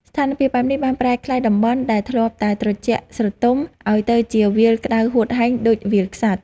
ស្ថានភាពបែបនេះបានប្រែក្លាយតំបន់ដែលធ្លាប់តែត្រជាក់ស្រទុំ ឱ្យទៅជាវាលក្ដៅហួតហែងដូចវាលខ្សាច់។